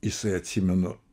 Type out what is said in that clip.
jisai atsimenu